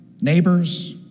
neighbors